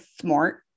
smart